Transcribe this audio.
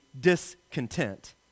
discontent